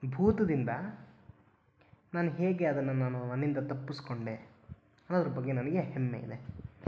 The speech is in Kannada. ಭೂತದಿಂದ ನಾನು ಹೇಗೆ ಅದನ್ನು ನಾನು ನನ್ನಿಂದ ತಪ್ಪಿಸಿಕೊಂಡೆ ಅನ್ನೋದ್ರ ಬಗ್ಗೆ ನನಗೆ ಹೆಮ್ಮೆ ಇದೆ